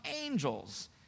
angels